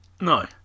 No